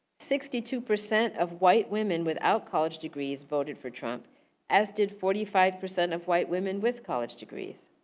sixty two percent of white women without college degrees voted for trump as did forty five percent of white women with college degrees.